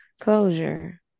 Closure